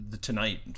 tonight